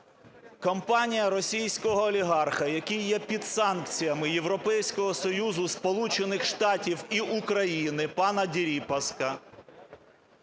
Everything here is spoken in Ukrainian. компанія російського олігарха, який є під санкціями Європейського Союзу, Сполучених Штатів і України, пана Дерипаски,